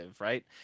right